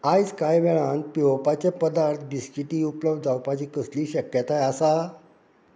आयज कांय वेळान पियेवपाचे पदार्थ बिस्कीटी उपलब्ध जावपाची कसलीय शक्यताय आसा